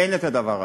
אין הדבר הזה.